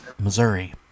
Missouri